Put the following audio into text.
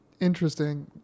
interesting